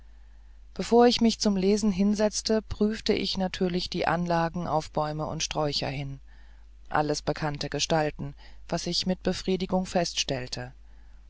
bevor ich mich zum lesen hinsetzte prüfte ich natürlich die anlagen auf bäume und sträucher hin alles bekannte gestalten was ich mit befriedigung feststellte